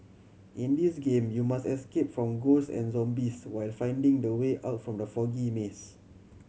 in this game you must escape from ghosts and zombies while finding the way out from the foggy maze